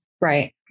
Right